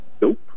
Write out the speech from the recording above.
Nope